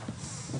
פשוטים.